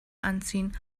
anziehen